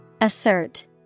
Assert